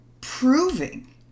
proving